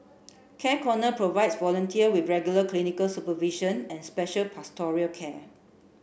Care Corner provides volunteer with regular clinical supervision and special pastoral care